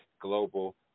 Global